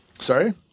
Sorry